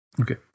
okay